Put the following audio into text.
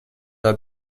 are